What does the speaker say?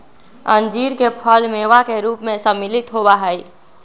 अंजीर के फल मेवा के रूप में सम्मिलित होबा हई